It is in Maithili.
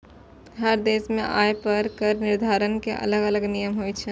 हर देश मे आय पर कर निर्धारण के अलग अलग नियम होइ छै